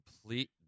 complete